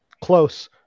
Close